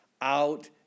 out